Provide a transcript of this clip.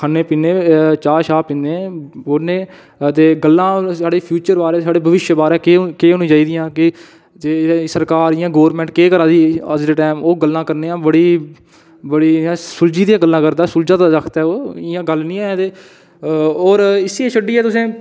खन्ने पीन्ने चाह् छाह् पीन्ने बौह्न्ने ते गल्लां साढ़ी फ्यूचर बारे च साढे भविष्य बारे च केह् होनी केह् होनियां चाहिदियां ते सरकार जि'यां गवर्नमेंट केह् करा दी ऐ अज्ज दे टाइम ओह् गल्लां करने आं बड़ी बड़ी इयां सुलझी दियां गल्लां करदा ऐ बड़ा सुलझा दा जागत ऐ ओह् इयां गल्ल नेईं ऐ ते और इस्सी छड्डियै तुसें